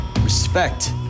respect